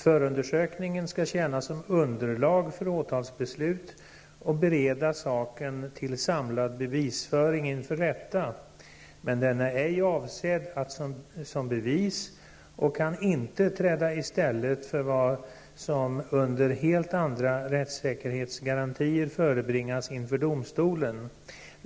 Förundersökning skall tjäna som underlag för åtalsbeslut och bereda saken till samlad bevisföring inför rätta. Men den är ej avsedd som bevis och kan inte träda i stället för vad som -- under helt andra rättssäkerhetsgarantier -- förebringas inför domstolen.